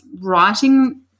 writing